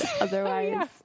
Otherwise